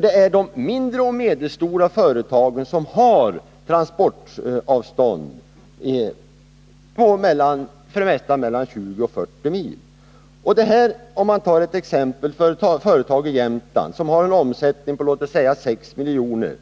Det är de mindre och medelstora företagen som har transportavstånd på för det mesta mellan 20 och 40 mil. Jag kan som exempel ta ett företag i Jämtland som har en omsättning på låt oss säga 6 milj.kr.